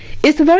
is